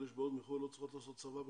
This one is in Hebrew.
אלה שבאות מחו"ל לא צריכות לעשות צבא בכלל.